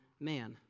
man